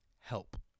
Help